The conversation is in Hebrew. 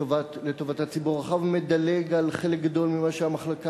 לטובת הציבור הרחב אני מדלג על חלק גדול ממה שהמחלקה